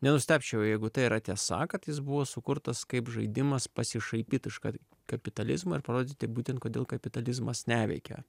nenustebčiau jeigu tai yra tiesa kad jis buvo sukurtas kaip žaidimas pasišaipyt iš kad kapitalizmo ir parodyti būtent kodėl kapitalizmas neveikia